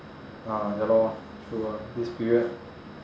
ah ya lor true ah this period